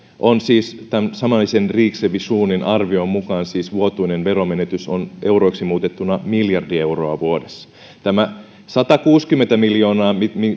siis tämän samaisen riksrevisionenin arvion mukaan vuotuinen veronmenetys on euroiksi muutettuna miljardi euroa vuodessa tämä satakuusikymmentä miljoonaa